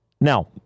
Now